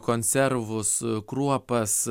konservus kruopas